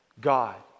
God